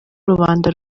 rubanda